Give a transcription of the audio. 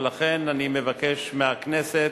ולכן אני מבקש מהכנסת,